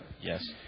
Yes